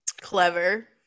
Clever